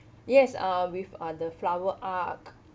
yes uh with uh the flower arch